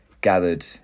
gathered